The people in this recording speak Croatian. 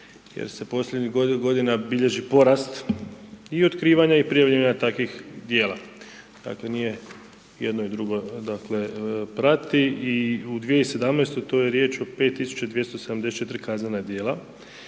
jer se posljednjih godina bilježi porast i otkrivanja i prijavljivanja takvih djela. Dakle, nije jedno i drugo, dakle, prati i u 2017.-toj, to je riječ o 5274 kaznena djela,